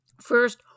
First